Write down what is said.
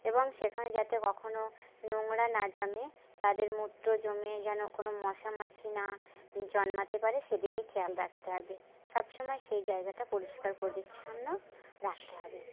এবং সেখানে যাতে কখনও নোংরা না জমে তাদের মূত্র জমে যেন কোনো মশামাছি না জন্মাতে পারে সেদিকে খেয়াল রাখতে হবে সবসময় সেই জায়গাটা পরিষ্কার পরিচ্ছন্ন রাখতে হবে